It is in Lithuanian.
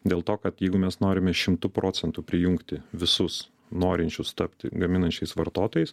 dėl to kad jeigu mes norime šimtu procentų prijungti visus norinčius tapti gaminančiais vartotojais